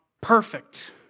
perfect